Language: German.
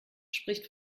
spricht